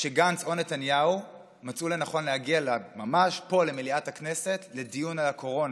שגנץ או נתניהו מצאו לנכון להגיע ממש פה למליאת הכנסת לדיון על הקורונה,